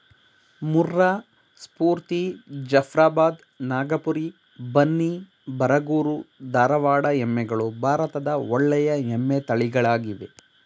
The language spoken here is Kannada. ಮುರ್ರಾ, ಸ್ಪೂರ್ತಿ, ಜಫ್ರಾಬಾದ್, ನಾಗಪುರಿ, ಬನ್ನಿ, ಬರಗೂರು, ಧಾರವಾಡ ಎಮ್ಮೆಗಳು ಭಾರತದ ಒಳ್ಳೆಯ ಎಮ್ಮೆ ತಳಿಗಳಾಗಿವೆ